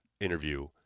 interview